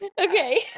Okay